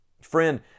Friend